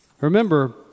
Remember